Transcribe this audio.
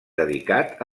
dedicat